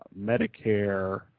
Medicare